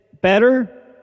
better